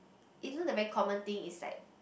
isn't the very common thing is like